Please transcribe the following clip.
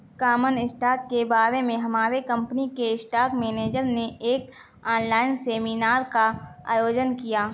common stock के बारे में हमारे कंपनी के स्टॉक मेनेजर ने एक ऑनलाइन सेमीनार का आयोजन किया